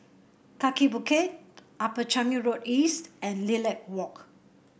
Kaki Bukit Upper Changi Road East and Lilac Walk